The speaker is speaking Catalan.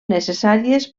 necessàries